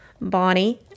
Bonnie